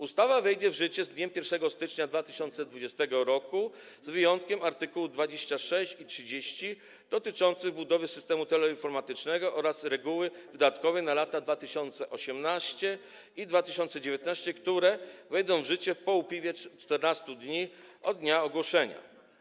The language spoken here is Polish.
Ustawa wejdzie w życie z dniem 1 stycznia 2020 r., z wyjątkiem art. 26 i art. 30, dotyczących budowy systemu teleinformatycznego oraz reguły wydatkowej na lata 2018 i 2019, które wejdą w życie po upływie 14 dni od dnia ogłoszenia.